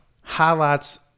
highlights